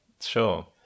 Sure